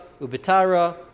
Ubitara